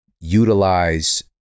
utilize